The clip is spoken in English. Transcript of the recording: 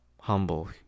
humble